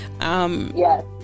Yes